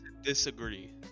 disagree